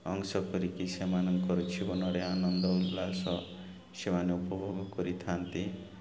ଅଂଶ କରିକି ସେମାନଙ୍କର ଜୀବନରେ ଆନନ୍ଦ ଉଲ୍ଲାସ ସେମାନେ ଉପଭୋଗ କରିଥାନ୍ତି